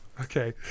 Okay